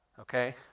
okay